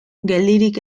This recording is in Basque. geldirik